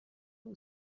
two